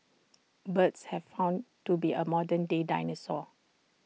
birds have found to be A modern day dinosaurs